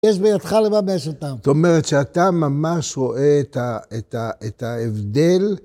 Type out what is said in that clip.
יש בידך לממש אותם. זאת אומרת שאתה ממש רואה את ה..את ה..את ההבדל...